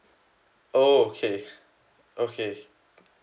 okay okay